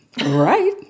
right